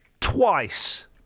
Twice